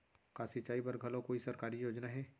का सिंचाई बर घलो कोई सरकारी योजना हे?